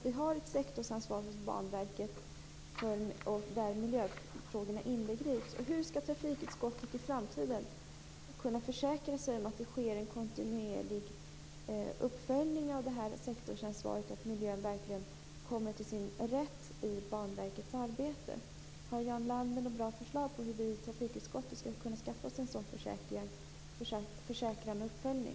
Vi har ett sektorsansvar hos Banverket där miljöfrågorna inbegrips. Hur skall trafikutskottet i framtiden kunna försäkra sig om att det sker en kontinuerlig uppföljning av det här sektorsansvaret så att miljöfrågorna verkligen kommer till sin rätt i Banverkets arbete? Har Jarl Lander något bra förslag på hur vi i trafikutskottet skall kunna skaffa oss en sådan försäkran och uppföljning?